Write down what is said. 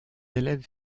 élèves